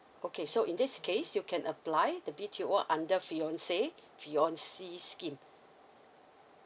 okay so in this case you can apply the B_T_O under fiancé fiancée scheme